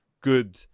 good